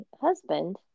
husband